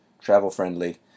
travel-friendly